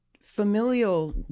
familial